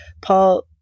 Paul